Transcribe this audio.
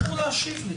אתה לא אמור להשיב לי.